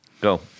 Go